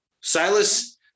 silas